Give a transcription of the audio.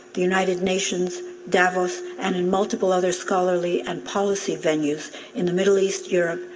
the united nations davos, and in multiple other scholarly and policy venues in the middle east, europe,